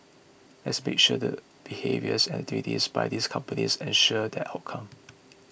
let's make sure that behaviours and activities by these companies ensure that outcome